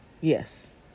yes